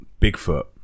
Bigfoot